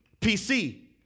PC